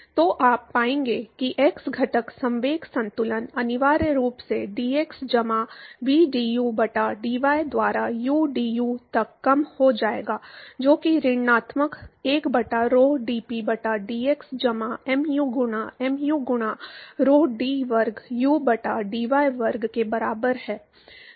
तो आप पाएंगे कि x घटक संवेग संतुलन अनिवार्य रूप से dx जमा vdu बटा dy द्वारा udu तक कम हो जाएगा जो कि ऋणात्मक 1 बटा rho dP बटा dx जमा mu गुणा mu गुणा rho d वर्ग u बटा dy वर्ग के बराबर है